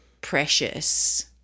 precious